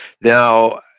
Now